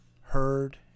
heard